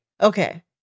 okay